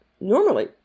normally